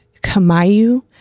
Kamayu